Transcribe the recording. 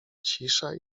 cisza